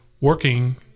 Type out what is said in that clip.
working